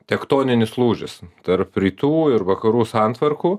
tektoninis lūžis tarp rytų ir vakarų santvarkų